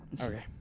Okay